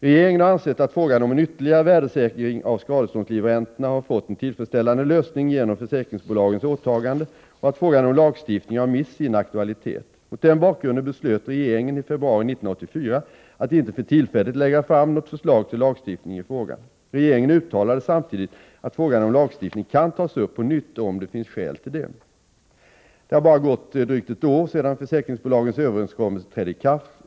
Regeringen har ansett att frågan om en ytterligare värdesäkring av skadeståndslivräntorna har fått en tillfredsställande lösning genom försäkringsbolagens åtagande och att frågan om lagstiftning har mist sin aktualitet. Mot den bakgrunden beslöt regeringen i februari 1984 att inte för tillfället lägga fram något förslag till lagstiftning i frågan. Regeringen uttalade samtidigt att frågan om lagstiftning kan tas upp på nytt, om det finns skäl till det. Det har bara gått drygt ett år sedan försäkringsbolagens överenskommelse trädde i kraft.